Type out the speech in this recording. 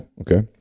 Okay